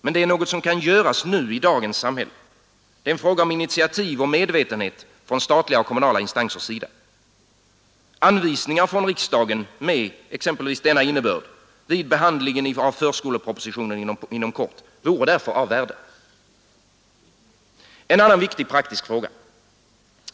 Men det är något som kan göras nu i dagens samhälle. Det är en fråga om initiativ och medvetenhet från statliga och kommunala instansers sida. Anvisningar från riksdagen med denna innebörd vid t.ex. behandlingen av förskolepropositionen inom kort vore därför av värde. En annan viktig praktisk fråga.